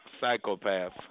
Psychopath